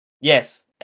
Yes